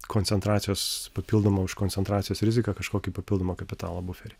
koncentracijos papildomą už koncentracijos riziką kažkokį papildomą kapitalo buferį